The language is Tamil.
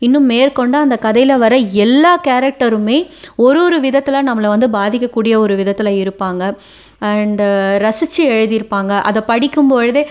இன்னும் மேற்கொண்டு அந்த கதையில் வர எல்லா கேரக்ட்டருமே ஒரு ஒரு விதத்தில் நம்மளை வந்து பாதிக்கக்கூடிய ஒரு விதத்தில் இருப்பாங்க அண்ட் ரசிச்சு எழுதியிருப்பாங்க அதை படிக்கும்பொழுதே